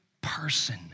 person